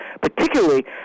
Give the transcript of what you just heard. particularly